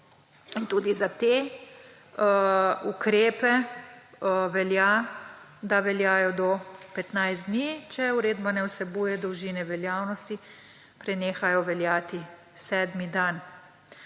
Tudi za te ukrepe velja, da veljajo do 15 dni, če uredba ne vsebuje dolžine veljavnosti, prenehajo veljati sedmi dan.